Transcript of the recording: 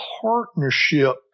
partnership